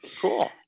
cool